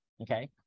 Okay